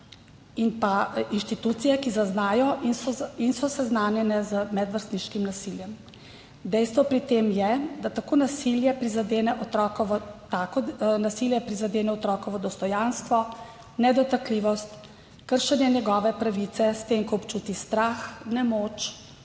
prve inštitucije, ki zaznajo in so seznanjene z medvrstniškim nasiljem. Dejstvo pri tem je, da tako nasilje prizadene otrokovo dostojanstvo, nedotakljivost, kršenje njegove pravice, s tem ko občuti strah, nemoč,